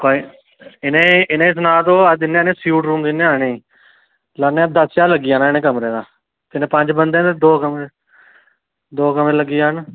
इ'नें इ'नें सना तूं अस दिन्ने आं इ'नेंगी स्यूट रूम दिन्ने आं इ'नेंगी लान्ने आं दस्स ज्हार लग्गी जाना इ'नेंगी कमरे दा किन्ने पंज बंदे ते दो कमरे दो कमरे लग्गी जाने न